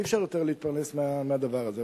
אי-אפשר יותר להתפרנס מהדבר הזה.